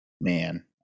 man